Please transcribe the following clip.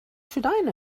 should